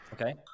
Okay